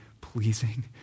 pleasing